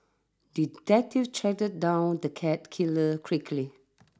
detective tracked down the cat killer quickly